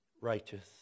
righteous